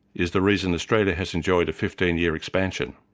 is the reason australia has enjoyed a fifteen year expansion.